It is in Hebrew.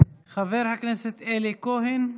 חבר הכנסת אלי כהן,